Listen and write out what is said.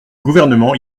gouvernement